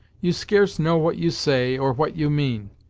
you scarce know what you say, or what you mean!